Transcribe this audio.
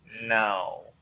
No